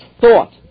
thought